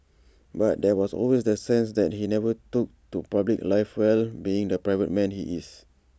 but there was always the sense that he never took to public life well being the private man he is